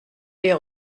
les